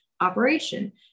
operation